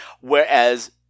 Whereas